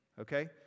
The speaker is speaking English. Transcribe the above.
okay